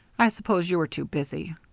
i suppose you are too busy.